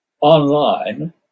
online